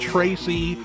Tracy